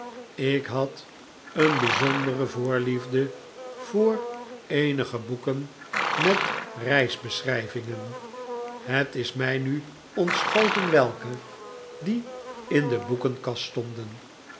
ik had een bijzondere voorliefde voor eenige boeken met reisbeschrijvingen het is mij nu ontschoten welke die in de boekenkast stonden